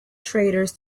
traders